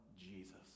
Jesus